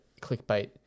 clickbait